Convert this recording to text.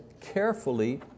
carefully